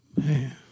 Man